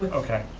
okay.